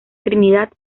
trinidad